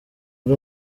ari